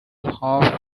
half